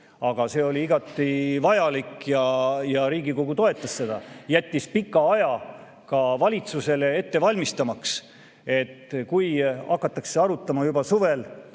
Aga see oli igati vajalik ja Riigikogu toetas seda, jättis pika aja ka valitsusele ettevalmistuseks, et kui hakatakse arutama juba suvel